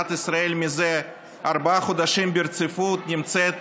מדינת ישראל מזה ארבעה חודשים ברציפות נמצאת